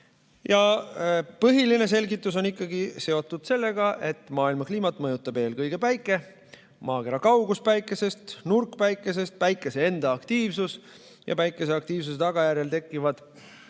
Põhiline selgitus on ikkagi seotud sellega, et maailma kliimat mõjutab eelkõige päike, maakera kaugus päikesest, nurk päikesest, päikese enda aktiivsus ja päikese aktiivsuse tagajärjel maakera